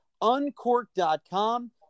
uncorked.com